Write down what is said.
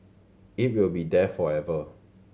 it will be there forever